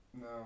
no